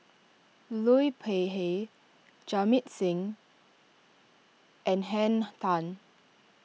Liu Peihe Jamit Singh and Henn Tan